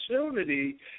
opportunity